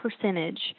percentage